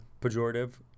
pejorative